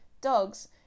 dogs